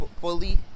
fully